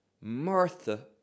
Martha